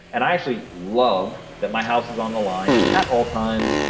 and i actually love that my house is on the line at all times,